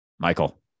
Michael